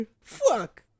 Fuck